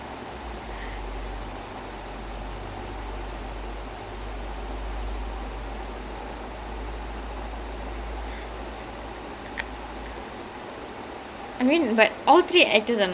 no lah I I I because I feel like that's a that's a two hour movie so அது ஒரு நல்ல படம்னா:athu oru nalla padam naa then I don't mind commiting two hours to it but அது மொக்க ஆயிடுச்சுனா:athu mokka ayiduchunaa then it's it feels a bit wasted though